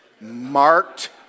marked